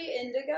indigo